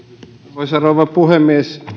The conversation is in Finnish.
arvoisa rouva puhemies